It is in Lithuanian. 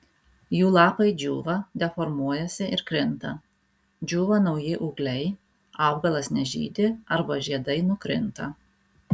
jų lapai džiūva deformuojasi ir krinta džiūva nauji ūgliai augalas nežydi arba žiedai nukrinta